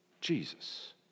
Jesus